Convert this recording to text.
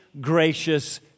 gracious